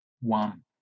one